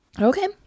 Okay